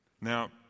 Now